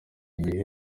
igihe